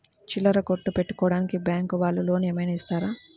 చిల్లర కొట్టు పెట్టుకోడానికి బ్యాంకు వాళ్ళు లోన్ ఏమైనా ఇస్తారా?